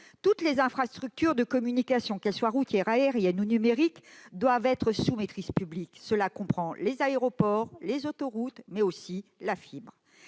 Toutes les infrastructures de communication, qu'elles soient routières, aériennes ou numériques, doivent être sous maîtrise publique ; cela comprend les aéroports, les autoroutes, mais aussi la fibre.